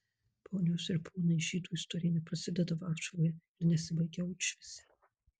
ponios ir ponai žydų istorija neprasideda varšuvoje ir nesibaigia aušvice